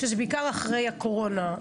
שזה בעיקר אחרי הקורונה?